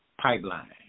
pipeline